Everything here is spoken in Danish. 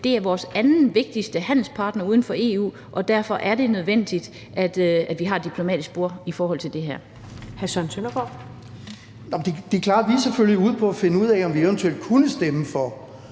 Det er vores andenvigtigste handelspartner uden for EU, og derfor er det nødvendigt, at vi har et diplomatisk spor i forhold til det her.